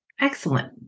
Excellent